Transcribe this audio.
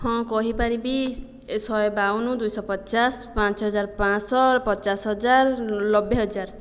ହଁ କହିପାରିବି ଶହେ ବାଉନ ଦୁଇଶହ ପଚାଶ ପାଞ୍ଚହଜାର ପାଞ୍ଚଶହ ପଚାଶହଜାର ନବେହଜାର